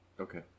Okay